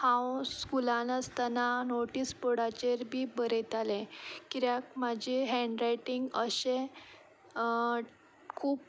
हांव स्कुलान आसतना नोटीस बोर्डाचेर बी बरयतालें कित्याक म्हजें हँडरायटींग अशें खूब